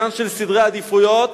בעניין של סדרי העדיפויות,